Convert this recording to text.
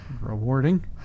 rewarding